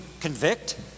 convict